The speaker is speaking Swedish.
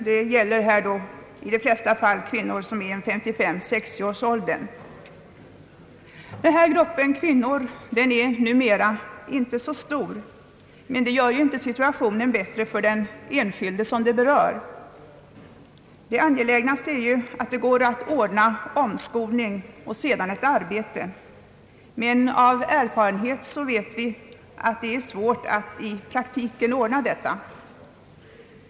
Det gäller här i de flesta fall kvinnor som är i 55—560-årsåldern. Den här gruppen kvinnor är numera inte så stor, men det gör ju inte situationen bättre för den enskilde som det berör. Det angelägnaste är ju att det går att ordna med omskolning och sedan ett arbete, men av erfarenhet vet vi att det är svårt att i praktiken ordna detta.